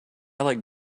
like